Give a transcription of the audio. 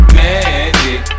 magic